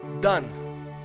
done